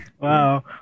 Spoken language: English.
Wow